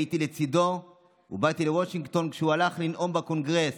הייתי לצידו ובאתי לוושינגטון כשהוא הלך לנאום בקונגרס,